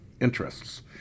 interests